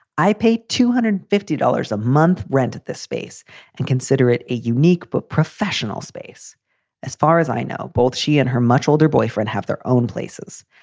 i paid two hundred fifty dollars a month rent this space and consider it a unique but professional space as far as i know. both she and her much older boyfriend have their own places.